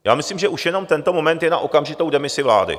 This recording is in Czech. Já myslím, že už jenom tento moment je na okamžitou demisi vlády.